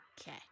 okay